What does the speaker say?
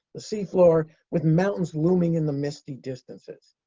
the seafloor, with mountains looming in the misty distances.